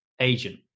agent